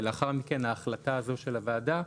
לאחר מכן ההחלטה הזו של הוועדה,